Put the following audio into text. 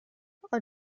are